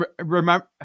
remember